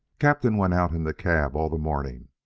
captain went out in the cab all the morning.